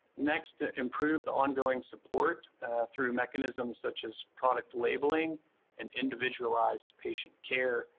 next, improve the ongoing support through mechanisms such as product labeling and individualized patient care.